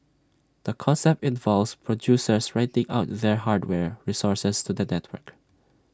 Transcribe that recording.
the concept involves producers renting out their hardware resources to the network